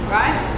right